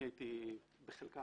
נטלתי בחלקן